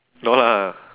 no lah